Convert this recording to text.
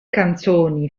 canzoni